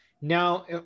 Now